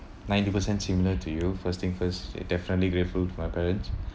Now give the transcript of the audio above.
ninety percent similar to you first thing first it definitely grateful to my parents